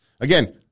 Again